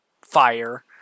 fire